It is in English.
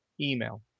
email